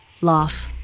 Laugh